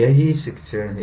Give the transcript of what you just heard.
यही शिक्षण है